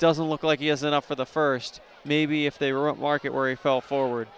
doesn't look like he has enough for the first maybe if they were on market where he fell forward